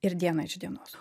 ir diena iš dienos